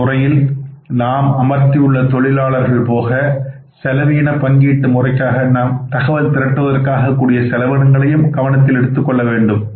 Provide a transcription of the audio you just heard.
இந்தத் துறையில் நாம் அமர்த்தியுள்ள தொழிலாளிகள் போக செலவின பங்கீட்டு முறைக்காக நாம் தகவல் திரட்டுவதற்காக ஆகக்கூடிய செலவினங்களையும் நாம் கவனத்தில் எடுத்துக் கொள்ள வேண்டும்